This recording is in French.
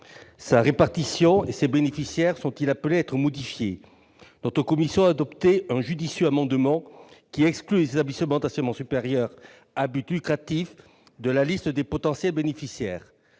Sa répartition et ses bénéficiaires sont-ils appelés à être modifiés ? La commission a adopté un judicieux amendement qui tend à exclure les établissements d'enseignement supérieur à but lucratif de la liste des potentiels bénéficiaires.